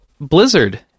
Blizzard